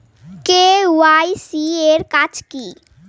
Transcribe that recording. KYC এর কাজ কি?